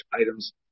items